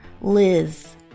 Liz